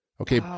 Okay